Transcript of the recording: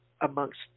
amongst